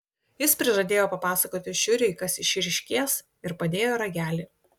jis prižadėjo papasakoti šiuriui kas išryškės ir padėjo ragelį